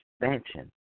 expansion